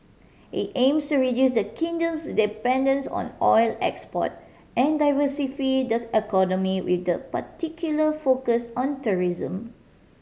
it aims to reduce the Kingdom's dependence on oil export and diversify the economy with a particular focus on tourism